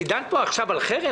אני לא דן פה עכשיו על חרם.